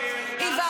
זה לא נכון.